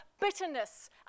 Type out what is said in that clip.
bitterness